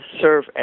serve